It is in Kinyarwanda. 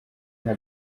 nta